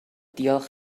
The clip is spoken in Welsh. diolch